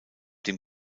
dem